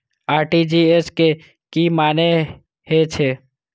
RTGS के की मानें हे छे?